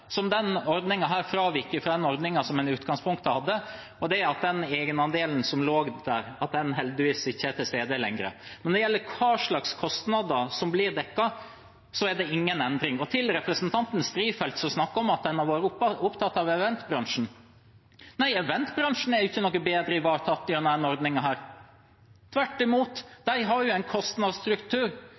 den ordningen en i utgangspunktet hadde, og det er at den egenandelen som lå der, heldigvis ikke er til stede lenger. Når det gjelder hva slags kostnader som blir dekket, er det ingen endring. Til representanten Strifeldt, som snakker om at en har vært opptatt av eventbransjen: Nei, eventbransjen er jo ikke noe bedre ivaretatt gjennom denne ordningen. Tvert imot: De har jo en kostnadsstruktur